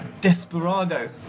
Desperado